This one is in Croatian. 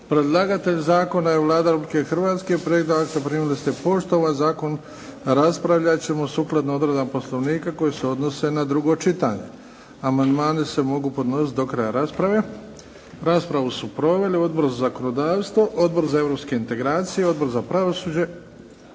Predlagatelj zakona je Vlada Republike Hrvatske. Prijedlog akta primili ste poštom, a zakon raspravljat ćemo sukladno odredbama poslovnika koje se odnose na drugo čitanje. Amandmani se mogu podnositi do kraja rasprave. Raspravu su proveli Odbor za zakonodavstvo, Odbor za europske integracije, Odbor za pravosuđe,